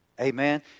Amen